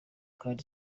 kandi